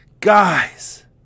Guys